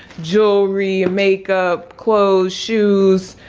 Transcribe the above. jewelry, makeup, clothes, shoes,